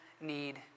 need